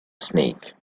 snake